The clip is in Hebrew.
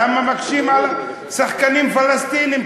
למה מקשים על שחקנים פלסטינים?